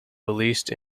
released